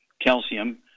calcium